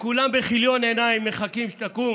כולם, בכיליון עיניים, מחכים שתקום